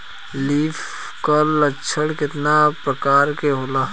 Leaf curl लक्षण केतना परकार के होला?